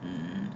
mm